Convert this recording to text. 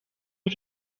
uru